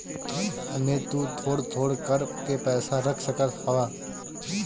एमे तु थोड़ थोड़ कर के पैसा रख सकत हवअ